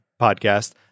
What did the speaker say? podcast